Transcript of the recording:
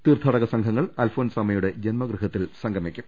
തീർത്ഥാടക സംഘങ്ങൾ അൽഫോൻസാമ്മയുടെ ജന്മഗൃഹത്തിൽ സംഗമിക്കും